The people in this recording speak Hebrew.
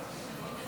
חברים.